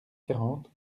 quarante